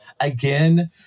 again